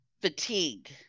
fatigue